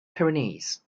pyrenees